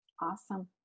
Awesome